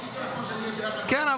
מבקשים כל הזמן שנהיה ביחד --- כן,